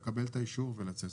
לקבל את האישור ולצאת.